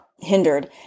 hindered